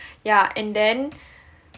yeah and then